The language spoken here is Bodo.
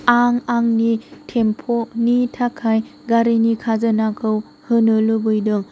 आं आंनि टेम्प'नि थाखाय गारिनि खाजोनाखौ होनो लुबैदों